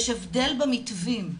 יש הבדל במתווים.